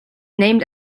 named